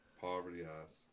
Poverty-ass